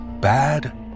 Bad